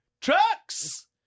Trucks